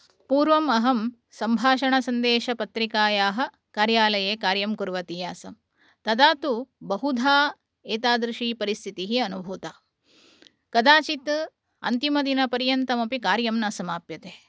पुर्वमहं सम्भाषणसन्देशपत्रिकायाः कार्यालये कार्यं कुर्वती आसम् तदा तु बहुधा एतादृशी परिस्थितिः अनुभूता कदाचित् अन्तिमदिनपर्यन्तमपि कार्यं न समाप्यते